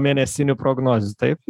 mėnesinių prognozių taip